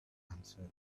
answered